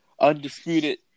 undisputed